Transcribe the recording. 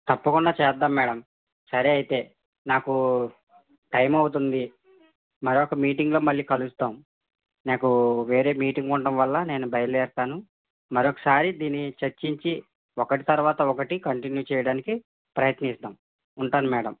తప్పకుండా చేద్దాము మేడం సరే అయితే నాకు టైం అవుతుంది మరొక మీటింగ్లో మళ్ళీ కలుస్తాము నాకు వేరే మీటింగ్ ఉండడం వల్ల నేను బయలుదేరుతాను మరొకసారి దీన్ని చర్చించి ఒకటి తర్వాత ఒకటి కంటిన్యూ చేయడానికి ప్రయత్నించుదాము ఉంటాను మేడం